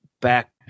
back